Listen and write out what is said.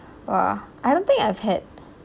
!whoa! I don't think I've had